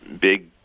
Big